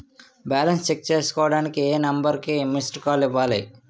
Balance check చేసుకోవటానికి ఏ number కి మిస్డ్ కాల్ ఇవ్వాలి?